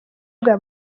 bwa